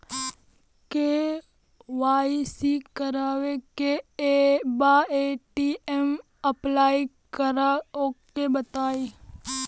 KYC करावे के बा ए.टी.एम अप्लाई करा ओके बताई?